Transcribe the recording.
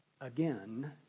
again